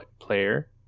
player